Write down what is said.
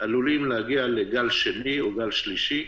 אנחנו עלולים להגיע לגל שני או לגל שלישי,